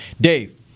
Dave